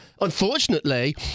unfortunately